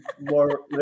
more